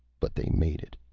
but they made it.